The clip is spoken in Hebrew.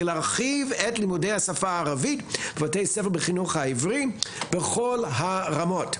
להרחיב את לימודי השפה הערבית בבתי הספר בחינוך העברי בכל הרמות.